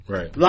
Right